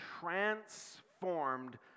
transformed